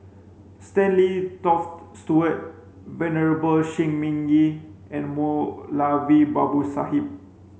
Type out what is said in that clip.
Stanley Toft Stewart Venerable Shi Ming Yi and Moulavi Babu Sahib